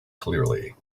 clearly